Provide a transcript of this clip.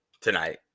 tonight